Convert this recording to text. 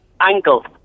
Ankle